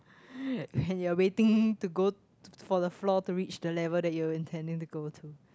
when you're waiting to go for the floor to reach the level that you're intending to go to